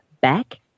back